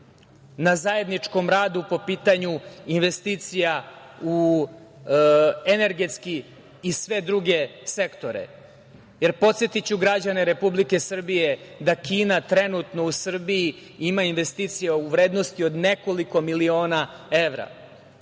na zajedničkom radu po pitanju investicija u energetiku i sve druge sektore. Podsetiću građane Republike Srbije da Kina trenutno u Srbiji ima investicija u vrednosti od nekoliko miliona evra,